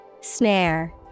Snare